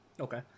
Okay